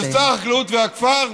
ושר החקלאות והכפר,